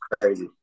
crazy